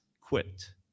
quit